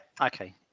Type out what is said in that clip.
okay